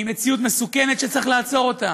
היא מציאות מסוכנת שצריך לעצור אותה.